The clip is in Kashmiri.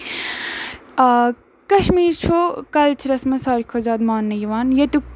کشمیٖر چھُ کَلچَرَس منٛز ساروے کھۄتہٕ زیادٕ ماننہٕ یِوان ییٚتیُک